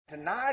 Tonight